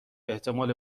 احتمال